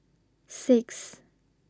six